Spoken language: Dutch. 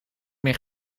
meer